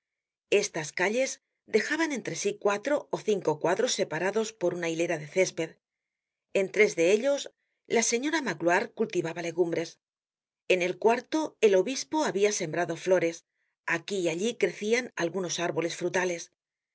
estas calles dejaban entre sí cuatro ó cinco cuadros separados por una hilera de césped en tres de ellos la señora magloire cultivaba legumbres en el cuarto el obispo habia sembrado flores aquí y allí crecian algunos árboles frutales